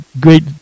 great